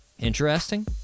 Interesting